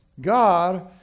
God